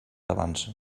avança